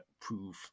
prove